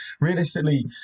realistically